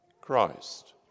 Christ